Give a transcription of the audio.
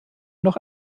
noch